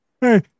Hey